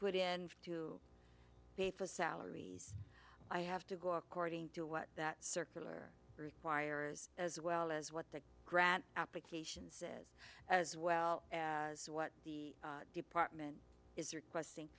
put in to pay for salaries i have to go according to what that circular requires as well as what the grant applications is as well as what the department is requesting